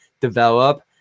develop